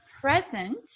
present